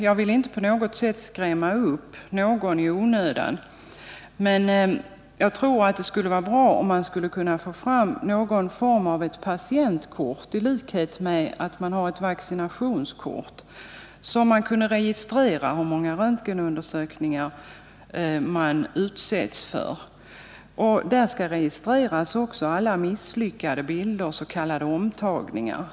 Jag vill inte skrämma upp någon i onödan, men jag tror att det skulle vara bra om man kunde få fram någon form av patientkort i likhet med nuvarande vaccinationskort, där det kunde registreras hur många röntgenundersökningar man utsätts för. Där skulle då också registreras alla misslyckade bilder, s.k. omtagningar.